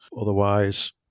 otherwise